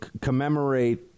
commemorate